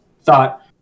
thought